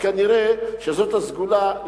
כנראה זאת הסגולה,